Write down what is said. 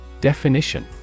Definition